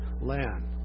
land